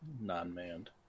non-manned